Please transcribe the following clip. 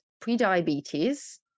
pre-diabetes